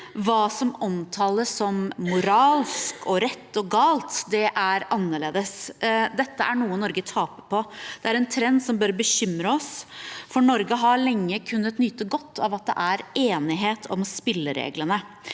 hva som omtales som moralsk, rett og galt, er annerledes. Dette er noe Norge taper på. Det er en trend som bør bekymre oss, for Norge har lenge kunnet nyte godt av at det er enighet om spillereglene.